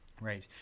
Right